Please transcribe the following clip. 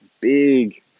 big